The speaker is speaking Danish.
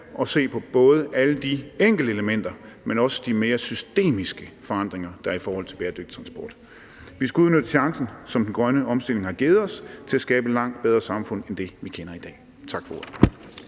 se på alle enkeltelementer, men også på de mere systemiske forandringer, der er i forhold til bæredygtig transport. Vi skal udnytte chancen, som den grønne omstilling har givet os, til at skabe et langt bedre samfund end det, vi kender i dag. Tak for ordet.